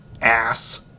ass